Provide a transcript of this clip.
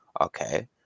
Okay